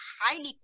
highly